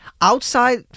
outside